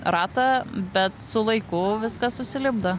ratą bet su laiku viskas susilipdo